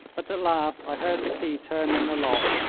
but at last i heard the key turn in the lock,